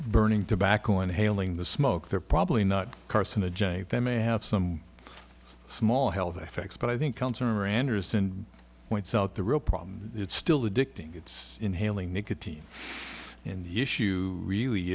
burning tobacco and hailing the smoke they're probably not carson the j they may have some small health effects but i think points out the real problem it's still addicting it's inhaling nicotine in the issue really